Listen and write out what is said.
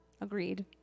agreed